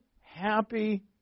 happy